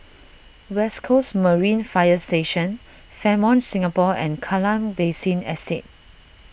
West Coast Marine Fire Station Fairmont Singapore and Kallang Basin Estate